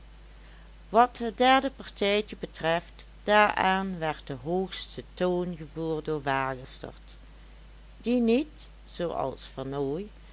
wat het derde partijtje betreft daaraan werd de hoogste toon gevoerd door wagestert die niet zooals